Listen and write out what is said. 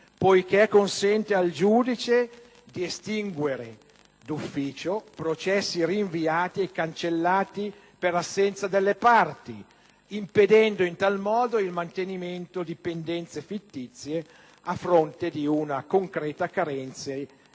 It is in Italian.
poiché consente al giudice di estinguere d'ufficio processi rinviati e cancellati per assenza delle parti, impedendo in tal modo il mantenimento di pendenze fittizie a fronte di una concreta carenza